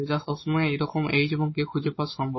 যা সবসময় এইরকম h এবং k খুঁজে পাওয়া সম্ভব